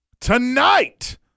tonight